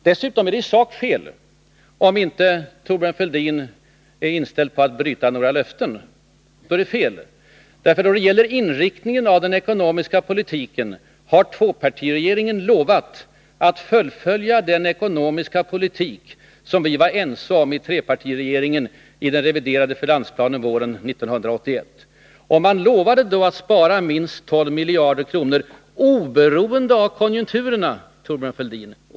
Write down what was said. Dessutom är det i sak fel, om inte Thorbjörn Fälldin är inställd på att bryta några löften, för när det gäller inriktningen av den ekonomiska politiken har tvåpartiregeringen lovat att fullfölja den ekonomiska politik som vi var ense om trepartiregeringen i den reviderade finansplanen våren 1981. Ni lovade då att spara minst 12 miljarder kronor — i princip oberoende av konjunkturerna, Thorbjörn Fälldin.